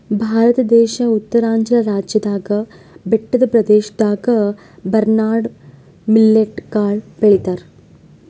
ಭಾರತ ದೇಶ್ ಉತ್ತರಾಂಚಲ್ ರಾಜ್ಯದಾಗ್ ಬೆಟ್ಟದ್ ಪ್ರದೇಶದಾಗ್ ಬರ್ನ್ಯಾರ್ಡ್ ಮಿಲ್ಲೆಟ್ ಕಾಳ್ ಬೆಳಿತಾರ್